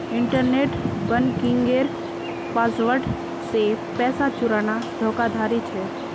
internet बन्किंगेर password से पैसा चुराना धोकाधाड़ी छे